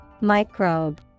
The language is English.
Microbe